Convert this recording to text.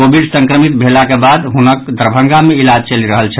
Covid संक्रमित भेलाक बाद हुनक दरभंगा मे इलाज चलि रहल छल